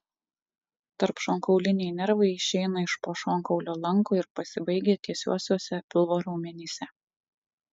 tarpšonkauliniai nervai išeina iš po šonkaulio lanko ir pasibaigia tiesiuosiuose pilvo raumenyse